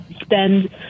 spend